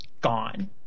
gone